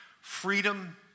freedom